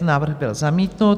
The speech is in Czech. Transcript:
Návrh byl zamítnut.